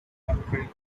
country